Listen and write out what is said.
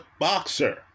boxer